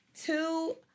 Two